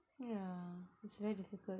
yeah it's very difficult